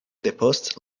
depost